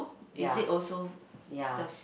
ya ya